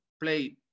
play